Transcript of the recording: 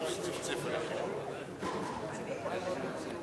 תגיע בשעה 00:20 לישיבת סיעת הליכוד,